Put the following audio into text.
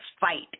fight